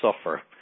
suffer